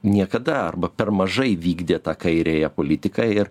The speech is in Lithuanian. niekada arba per mažai vykdė tą kairiąją politiką ir